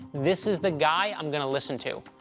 this is the guy i'm gonna listen to.